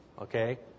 okay